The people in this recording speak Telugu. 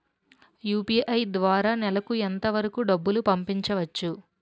యు.పి.ఐ ద్వారా నెలకు ఎంత వరకూ డబ్బులు పంపించవచ్చు?